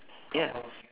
ya